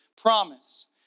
promise